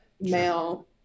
male